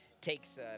Takes